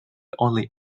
only